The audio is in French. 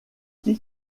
qui